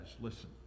listen